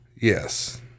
Yes